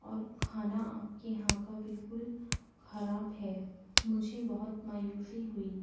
اور کھانا آپ کے یہاں کا بالکل خراب ہے مجھے بہت مایوسی ہوئی